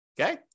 okay